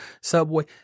Subway